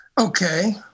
Okay